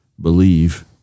believe